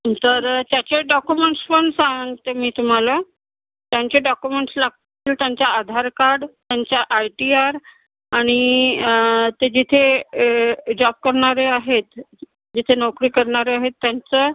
तर त्याचे डाकुमेंट्स पण सांगते मी तुम्हाला त्यांचे डाकुमेंट्स लागतील त्यांचे आधार कार्ड त्यांचे आय टी आर आणि ते जिथे जॉब करणारे आहेत जिथे नोकरी करणारे आहेत त्यांचं